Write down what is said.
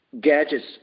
gadgets